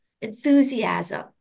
enthusiasm